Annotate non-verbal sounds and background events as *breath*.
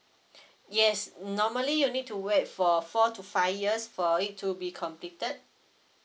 *breath* yes normally you need to wait for four to five years for it to be completed